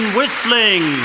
Whistling